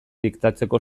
diktatzeko